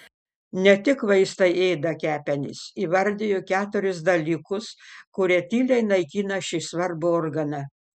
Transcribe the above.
ne tik vaistai ėda kepenis įvardijo keturis dalykus kurie tyliai naikina šį svarbų organą